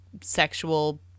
sexual